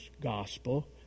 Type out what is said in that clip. Gospel